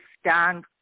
stand